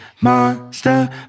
monster